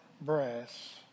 brass